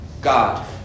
God